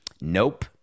Nope